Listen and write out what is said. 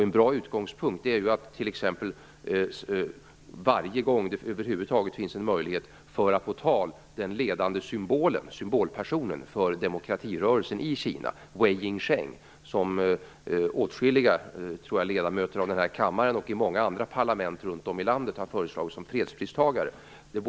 En bra utgångspunkt är att varje gång det över huvud taget finns en möjlighet föra på tal den ledande symbolpersonen för demokratirörelsen i Kina, Wei Jingsheng, som åtskilliga ledamöter i denna kammare och i många andra parlament runt om i världen har föreslagit som fredspristagare.